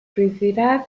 prithviraj